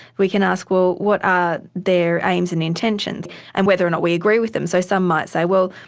we can ask, well, what are their aims and intentions and whether or not we agree with them. so some might say, well,